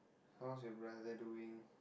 how's your brother doing